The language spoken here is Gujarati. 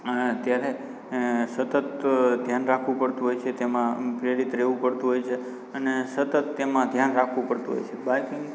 અ ત્યારે સતત ધ્યાન રાખવું પડતું હોય છે તેમાં પ્રેરિત રહેવું પડતું હોય છે અને સતત તેમાં ધ્યાન રાખવું પડતું હોય છે બાઈકિંગ